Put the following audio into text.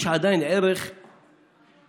יש עדיין ערך לחקלאות,